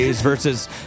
versus